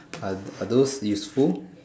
are are those useful